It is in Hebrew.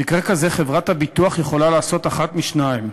במקרה כזה חברת הביטוח יכולה לעשות אחת משתיים: